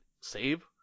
save